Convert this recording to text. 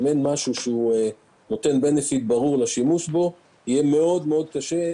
אם אין משהו שנותן benefit ברור לשימוש בו יהיה מאוד מאוד קשה,